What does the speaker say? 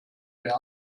der